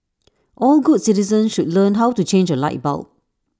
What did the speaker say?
all good citizens should learn how to change A light bulb